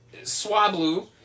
Swablu